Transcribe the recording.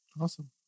Awesome